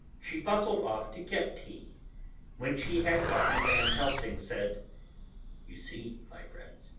she bustled off to get tea when she had gone van helsing said you see, my friends.